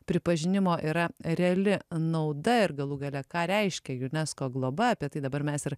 pripažinimo yra reali nauda ir galų gale ką reiškia unesco globa apie tai dabar mes ir